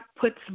puts